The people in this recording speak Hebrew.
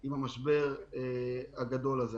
עם המשבר הגדול הזה.